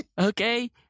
Okay